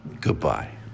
goodbye